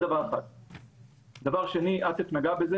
דבר שני עאטף נגע בזה